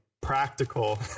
practical